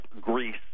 Greece